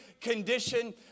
condition